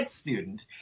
student